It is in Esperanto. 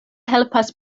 helpas